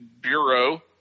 bureau